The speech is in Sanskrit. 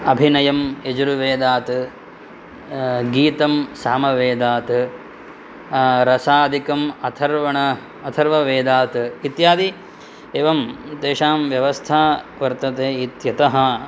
अभिनयं यजुर्वेदात् गीतं सामवेदात् रसादिकं अथर्वण अथर्ववेदात् इत्यादि एवं तेषां व्यवस्था वर्तते इत्यतः